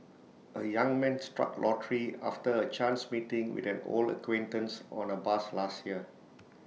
A young man struck lottery after A chance meeting with an old acquaintance on A bus last year